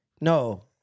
No